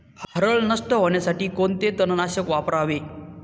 हरळ नष्ट होण्यासाठी कोणते तणनाशक वापरावे?